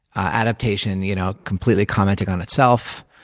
adaptation you know completely commenting on itself.